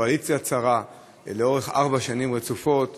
קואליציה צרה לאורך ארבע שנים רצופות,